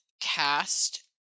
cast